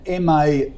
MA